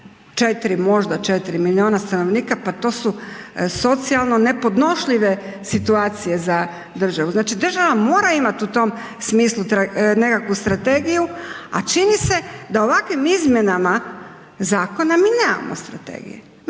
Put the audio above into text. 4 milijuna stanovnika, pa to su socijalno nepodnošljive situacije za državu. Znači, država mora imati u tom smislu nekakvu strategiju, a čini se da ovakvim izmjenama zakona mi nemamo strategiju.